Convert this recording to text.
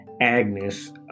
Agnes